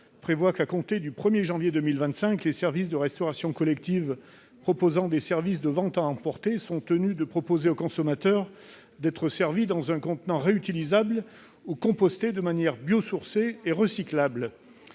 prévoit :« À compter du 1 janvier 2025, les services de restauration collective proposant des services de vente à emporter sont tenus de proposer au consommateur d'être servi dans un contenant réutilisable ou composé de matières biosourcées et recyclables.